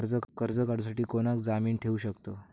कर्ज काढूसाठी कोणाक जामीन ठेवू शकतव?